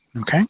okay